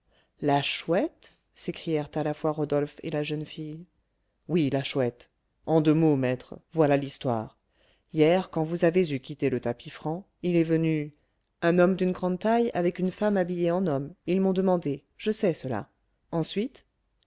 la chouette s'écrièrent à la fois rodolphe et la jeune fille oui la chouette en deux mots maître voilà l'histoire hier quand vous avez eu quitté le tapis franc il est venu un homme d'une grande taille avec une femme habillée en homme ils m'ont demandé je sais cela ensuite